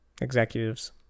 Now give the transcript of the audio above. Executives